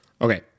Okay